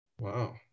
Wow